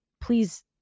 please